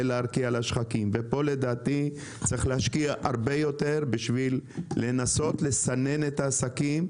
ופה יש להשקיע הרבה יותר כדי לנסות לסנן את העסקים,